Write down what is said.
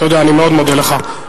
בבקשה.